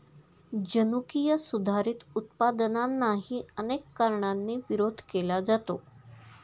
जनुकीय सुधारित उत्पादनांनाही अनेक कारणांनी विरोध केला जातो